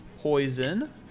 poison